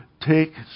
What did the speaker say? take